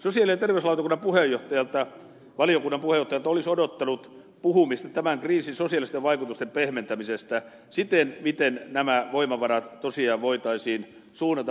sosiaali ja terveysvaliokunnan puheenjohtajalta olisi odottanut puhetta tämän kriisin sosiaalisten vaikutusten pehmentämisestä siitä miten nämä voimavarat tosiaan voitaisiin suunnata